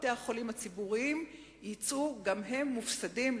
בתי-החולים הציבוריים יצאו גם הם מופסדים.